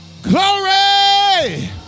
Glory